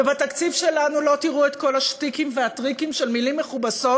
ובתקציב שלנו לא תראו את כל השטיקים והטריקים של מילים מכובסות,